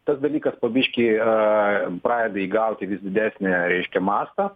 tas dalykas po biškį a pradeda įgauti vis didesnę reiškia mastą